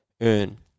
earn